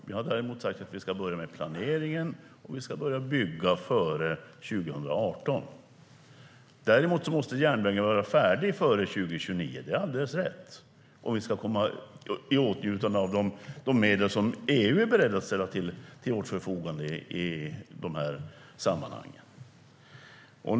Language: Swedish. Vi har däremot sagt att vi ska börja med planeringen och att vi ska börja bygga före 2018.Däremot måste järnvägen vara färdig före 2029 om vi ska komma i åtnjutande av de medel som EU är berett att ställa till vårt förfogande i sammanhangen; det är alldeles rätt.